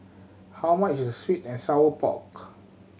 how much is the sweet and sour pork